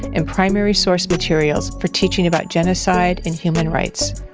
and primary source materials for teaching about genocide and human rights.